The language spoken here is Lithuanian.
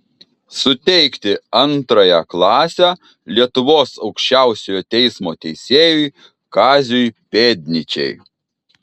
suteikti antrąją klasę lietuvos aukščiausiojo teismo teisėjui kaziui pėdnyčiai